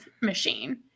machine